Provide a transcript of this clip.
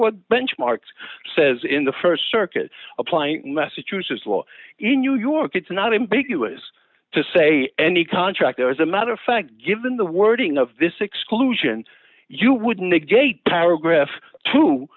what benchmarks says in the st circuit applying massachusetts law in new york it's not ambiguous to say any contract or as a matter of fact given the wording of this exclusion you would negate paragraph t